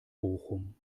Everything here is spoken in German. bochum